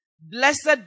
Blessed